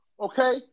okay